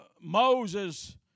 Moses